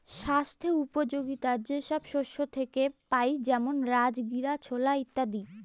স্বাস্থ্যোপযোগীতা যে সব শস্যে পাই যেমন রাজগীরা, ছোলা ইত্যাদি